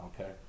okay